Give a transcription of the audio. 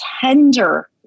tender